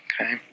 okay